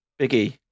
Biggie